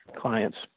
clients